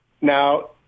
Now